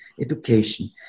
education